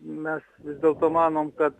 mes vis dėlto manom kad